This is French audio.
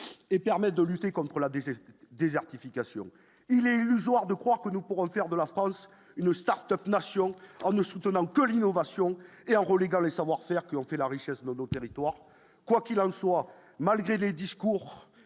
et permettent de lutter contre la dérive désertification il est illusoire de croire que nous pourrons faire de la France une Start-Up nation en ne soutenant que le innovation et en reléguant le savoir-faire qui ont fait la richesse de nos territoires, quoi qu'il en soit, malgré les discours,